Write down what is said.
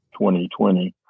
2020